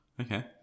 Okay